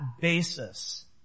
basis